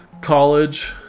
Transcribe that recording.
college